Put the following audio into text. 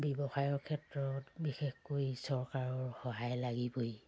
ব্যৱসায়ৰ ক্ষেত্ৰত বিশেষকৈ চৰকাৰৰ সহায় লাগিবই